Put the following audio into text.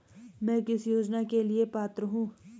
मैं किस योजना के लिए पात्र हूँ?